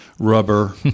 Rubber